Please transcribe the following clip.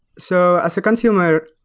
so as a consumer,